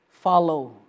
follow